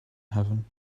heaven